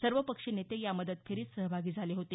सर्वपक्षीय नेते या मदत फेरीत सहभागी झाले होते